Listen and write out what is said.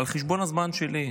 על חשבון הזמן שלי.